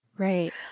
Right